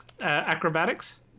Acrobatics